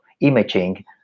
imaging